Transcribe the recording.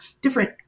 different